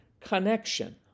connection